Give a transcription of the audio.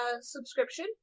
subscription